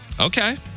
Okay